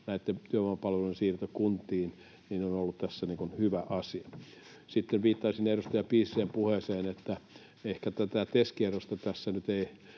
näitten työvoimapalvelujen siirto kuntiin on ollut tässä hyvä asia. Sitten viittaisin edustaja Piisisen puheeseen: Ehkä tätä TES-kierrosta tässä nyt ei